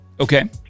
Okay